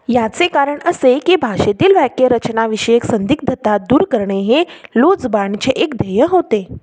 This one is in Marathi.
याचे कारण असे की भाषेतील वाक्यरचनाविषयक संदिग्धता दूर करणे हे लोजबानचे एक ध्येय होते